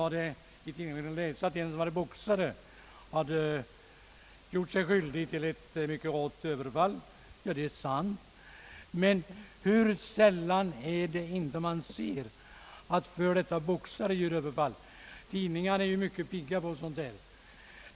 När herr Kaijser sade, att en boxare nyligen gjort sig skyldig till ett mycket rått överfall, är det sant; men hur sällan är det inte man ser »före detta boxare» göra Överfall — trots att tidningarna är mycket pigga på sådana där rubriker.